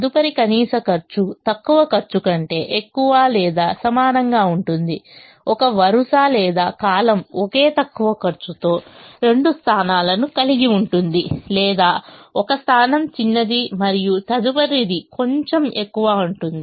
తరువాతి కనీస ఖర్చు తక్కువ ఖర్చు కంటే ఎక్కువ లేదా సమానంగా ఉంటుంది ఒక వరుస లేదా కాలమ్ ఒకే తక్కువ ఖర్చుతో రెండు స్థానాలను కలిగి ఉంటుంది లేదా ఒక స్థానం చిన్నది మరియు తదుపరిది కొంచెం ఎక్కువగా ఉంటుంది